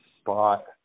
spot